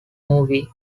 movie